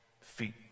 Feet